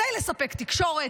לספק תקשורת,